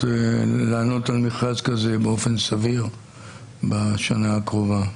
לענות על מכרז כזה באופן סביר בשנה הקרובה?